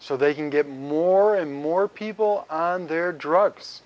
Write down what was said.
so they can get more and more people on their drugs